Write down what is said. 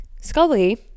Scully